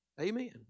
Amen